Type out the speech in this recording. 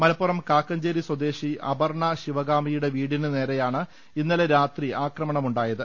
മലപ്പുറം കാക്കഞ്ചേരി സ്വദേശി അപർണ ശിവകാമിയുടെ വീടിന് നേരെയാണ് ഇന്നലെ രാത്രി ആക്രമണമുണ്ടായത്